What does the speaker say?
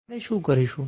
હવે આપણે શું કરીશું